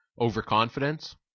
Overconfidence